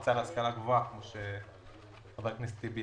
המועצה להשכלה גבוהה, כמו שאמר חבר הכסת טיבי.